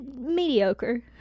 mediocre